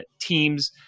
Teams